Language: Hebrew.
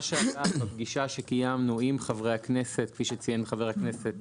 מה שעלה בפגישה שקיימנו עם חברי הכנסת,